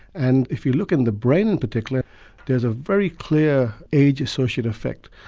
and if you look in the brain in particular there's a very clear age associative effect,